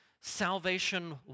Salvation